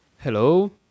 Hello